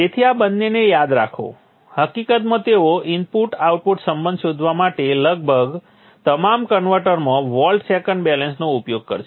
તેથી આ બંનેને યાદ રાખો હકીકતમાં તેઓ ઇનપુટ આઉટપુટ સંબંધ શોધવા માટે લગભગ તમામ કન્વર્ટરમાં વોલ્ટ સેકન્ડ બેલેન્સનો ઉપયોગ કરશે